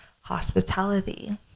hospitality